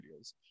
videos